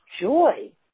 joy